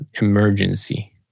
emergency